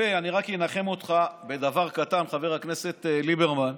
אני רק אנחם אותך בדבר קטן, חבר הכנסת ליברמן,